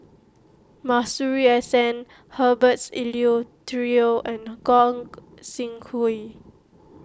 Masuri S N Herberts Eleuterio and Gog Sing Hooi